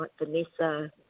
Vanessa